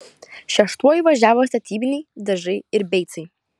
šeštuoju važiavo statybiniai dažai ir beicai